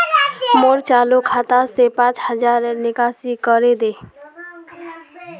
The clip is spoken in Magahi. मोर चालु खाता से पांच हज़ारर निकासी करे दे